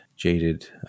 Jaded